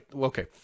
Okay